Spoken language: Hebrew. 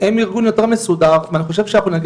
הם ארגון יותר מסודר ואני חושב שאנחנו נגיע